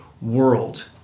world